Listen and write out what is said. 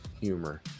humor